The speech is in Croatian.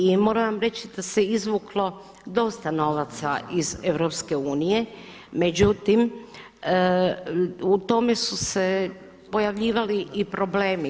I moram vam reći da se izvuklo dosta novaca iz EU, međutim, u tome su se pojavljivali i problemi.